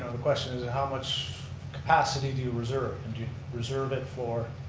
the question is and how much capacity do you reserve and do you reserve it for